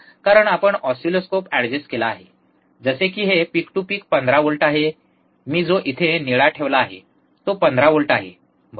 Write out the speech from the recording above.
कारण आपण oscilloscope adjust केला आहे जसे की हे पिक टू पिक 15 व्होल्ट आहे मी जो येथे निळा ठेवला आहे तो 15 व्होल्ट आहे बरोबर